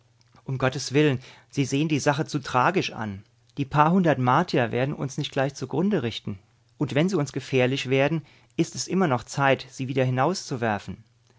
um gottes willen sie sehen die sache zu tragisch an die paar hundert martier werden uns nicht gleich zugrunde richten und wenn sie uns gefährlich werden ist es immer noch zeit sie wieder hinauszuwerfen